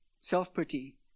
self-pity